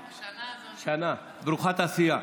השנה הזאת, שנה ברוכת עשייה.